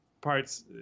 parts